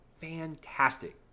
fantastic